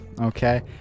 okay